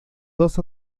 dos